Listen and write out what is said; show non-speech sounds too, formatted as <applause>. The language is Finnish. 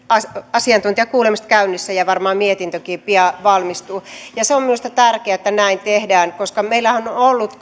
asiantuntijakuulemiset käynnissä ja varmaan mietintökin pian valmistuu se on minusta tärkeää että näin tehdään koska meillähän on ollut <unintelligible>